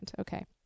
Okay